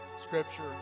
scripture